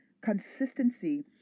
Consistency